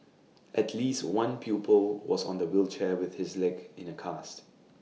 at least one pupil was on the wheelchair with his leg in A cast